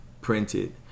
printed